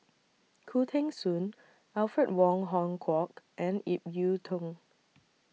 Khoo Teng Soon Alfred Wong Hong Kwok and Ip Yiu Tung